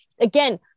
Again